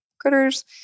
critters